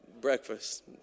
breakfast